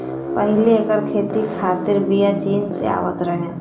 पहिले एकर खेती खातिर बिया चीन से आवत रहे